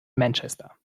manchester